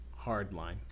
Hardline